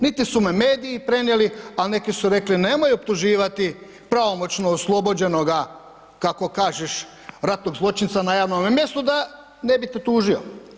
Niti su me mediji prenijeli, a neki su rekli, nemoj optuživati pravomoćno oslobođenoga, kako kažeš ratnog zločinca na javnome mjestu da ne bi te tužio.